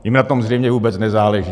Jim na tom zřejmě vůbec nezáleží.